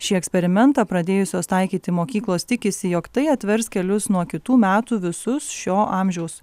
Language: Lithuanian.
šį eksperimentą pradėjusios taikyti mokyklos tikisi jog tai atvers kelius nuo kitų metų visus šio amžiaus